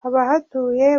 abahatuye